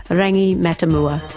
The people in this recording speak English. but rangi matamua.